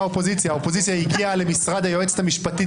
ההסתייגות נפלה.